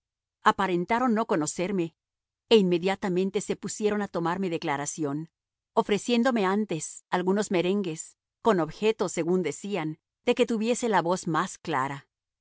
suizo aparentaron no conocerme e inmediatamente se pusieron a tomarme declaración ofreciéndome antes algunos merengues con objeto según decían de que tuviese la voz más clara